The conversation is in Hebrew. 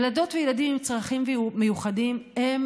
ילדות וילדים עם צרכים מיוחדים הם